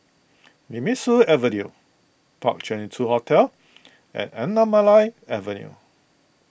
Nemesu Avenue Park Twenty two Hotel and Anamalai Avenue